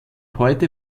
heute